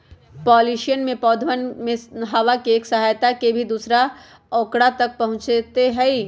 pollination में पौधवन में हवा के सहायता से भी दूसरा औकरा तक पहुंचते हई